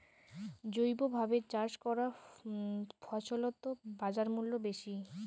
জৈবভাবে চাষ করা ফছলত বাজারমূল্য বেশি